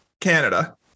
Canada